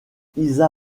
isa